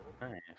nice